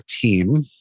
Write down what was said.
team